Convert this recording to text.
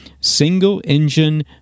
single-engine